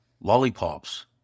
lollipops